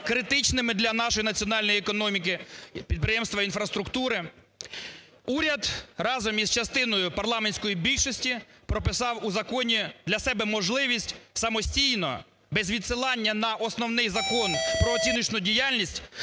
критичними для нашої національної економіки; підприємства інфраструктури. Уряд разом із частиною парламентської більшості прописав у законі для себе можливість самостійно без відсилання на основний Закон про оціночну діяльність